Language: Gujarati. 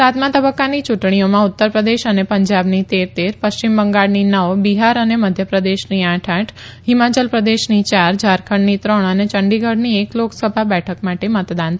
સાતમાં તબકકાની યુંટણીઓ ઉત્તર પ્રદેશ અને પંજાબની તેર તેર પશ્ચિમ બંગાળની નવ બિહાર અને મધ્ય પ્રદેશની આઠ આઠ હિમાચલ પ્રદેશની યાર ઝારખંડની ત્રણ અને ચંડીગઢની એક લોકસભા બેઠક માટે મતદાન થશે